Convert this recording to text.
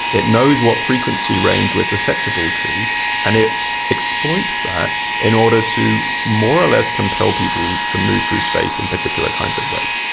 it knows what frequency range we are susceptible to and it exploits that in order to more or less compel people to move through space in particular kinds of ways.